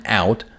out